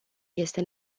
este